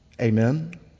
Amen